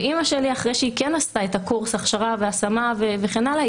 ואימא שלי אחרי שהיא כן עשתה את קורס ההכשרה וההשמה וכן הלאה,